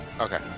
Okay